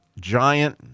giant